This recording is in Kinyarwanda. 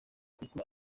kuko